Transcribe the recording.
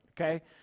Okay